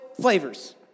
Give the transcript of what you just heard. flavors